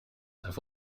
have